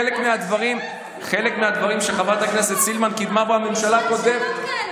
חלק מהדברים שחברת הכנסת סילמן קידמה בממשלה הקודמת,